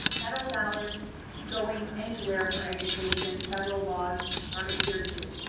federal dollars going anywhere for education, federal laws are adhered to.